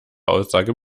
aussage